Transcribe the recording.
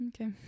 okay